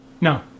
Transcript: no